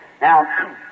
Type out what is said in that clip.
Now